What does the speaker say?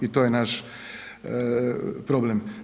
I to je naš problem.